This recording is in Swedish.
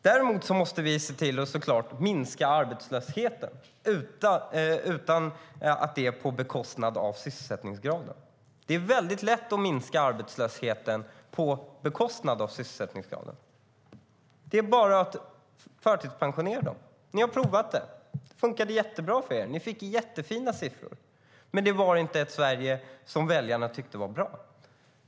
Däremot måste vi såklart se till att minska arbetslösheten utan att det sker på bekostnad av sysselsättningsgraden. Det är väldigt lätt att minska arbetslösheten på bekostnad av sysselsättningsgraden. Det är bara att förtidspensionera människor. Ni har provat det, och det funkade jättebra för er. Ni fick jättefina siffror. Men det var inte ett Sverige som väljarna tyckte var bra.